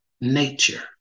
nature